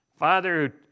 father